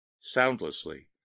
soundlessly